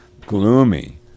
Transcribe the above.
gloomy